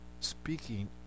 speaking